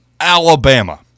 Alabama